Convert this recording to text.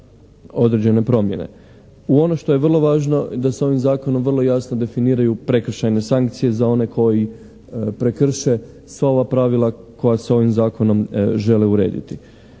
U ono što je vrlo važno da se ovim zakonom vrlo jasno definiraju prekršajne sankcije za one koji prekrše sva ova pravila koja se ovim zakonom žele urediti.